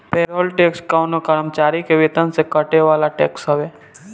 payroll tax कवनो कर्मचारी के वेतन से कटे वाला टैक्स हवे